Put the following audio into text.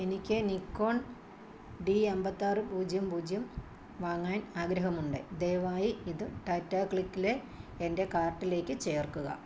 എനിക്ക് Nikon D അമ്പത്താറ് പൂജ്യം പൂജ്യം വാങ്ങാൻ ആഗ്രഹമുണ്ട് ദയവായി ഇത് ടാറ്റ ക്ലിക്കിലെ എൻ്റെ കാർട്ടിലേക്ക് ചേർക്കുക